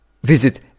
Visit